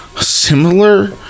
Similar